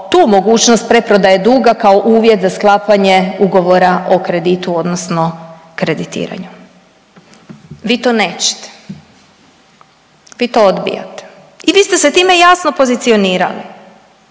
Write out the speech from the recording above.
tu mogućnost preprodaje duga kao uvjet za sklapanje ugovora o kreditu, odnosno kreditiranju. Vi to nećete. Vi do odbijate i vi ste se time jasno pozicionirali